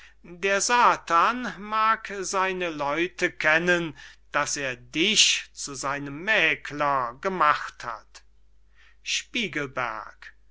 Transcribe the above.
der satan mag seine leute kennen daß er dich zu seinem mäckler gemacht hat spiegelberg